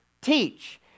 teach